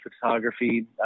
photography